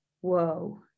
whoa